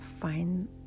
find